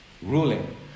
Ruling